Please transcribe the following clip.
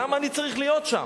למה אני צריך להיות שם?